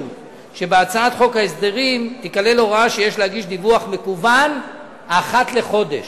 שבהצעת חוק ההסדרים תיכלל הוראה שיש להגיש דיווח מקוון אחת לחודש.